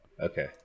Okay